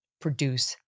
produce